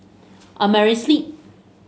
Amerisleep